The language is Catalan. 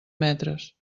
metres